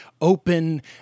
open